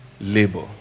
labor